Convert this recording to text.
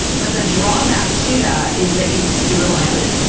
but the drawback to that is that you you rely on it,